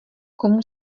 komu